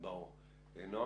נועה?